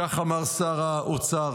כך אמר שר האוצר,